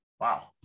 Wow